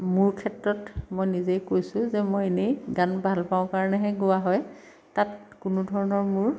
মোৰ ক্ষেত্ৰত মই নিজেই কৈছোঁ যে মই এনেই গান ভাল পাওঁ কাৰণেহে গোৱা হয় তাত কোনো ধৰণৰ মোৰ